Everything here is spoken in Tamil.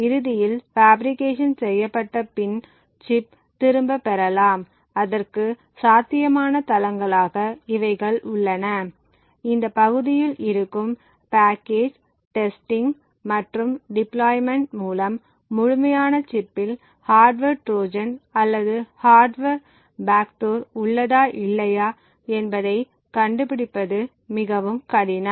இறுதியில் பாஃபிரிகேஷன் செய்யப்பட்ட பின் சிப் திரும்ப பெறலாம் அதற்கு சாத்தியமான தலங்களாக இவைகள் உள்ளன இந்த பகுதியில் இருக்கும் பேக்கேஜ் டெஸ்டிங் மற்றும் டிப்ளாய்மென்ட் மூலம் முழுமையான சிப்பில் ஹார்ட்வர் ட்ரோஜன் அல்லது ஹார்ட்வர் பேக்டோர் உள்ளதா இல்லையா என்பதை கண்டுபிடிப்பது மிகவும் கடினம்